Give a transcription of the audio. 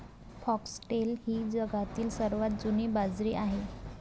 foxtail ही जगातील सर्वात जुनी बाजरी आहे